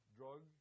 drug